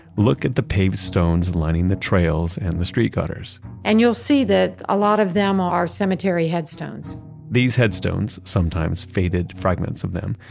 look at the paved stones lining the trails and the street gutters and you'll see that a lot of them are cemetery headstones these headstones, sometimes faded fragments of them,